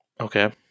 Okay